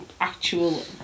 actual